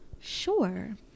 Sure